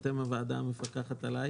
אתם הוועדה המפקחת עליי.